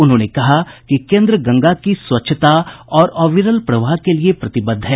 उन्होंने कहा कि केन्द्र गंगा की स्वच्छता और अविरल प्रवाह के लिए प्रतिबद्ध है